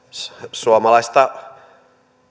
suomalaista